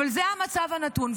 אבל זה המצב הנתון,